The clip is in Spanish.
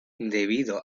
debido